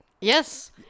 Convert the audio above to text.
Yes